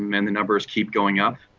um and the numbers keep going up.